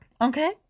okay